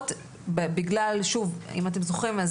אם אתם זוכרים,